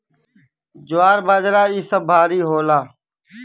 ज्वार बाजरा इ सब भारी होला